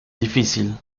difícil